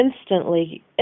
instantly